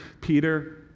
Peter